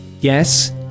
Yes